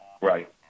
Right